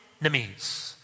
enemies